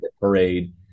parade